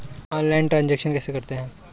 Online transaction कैसे करते हैं?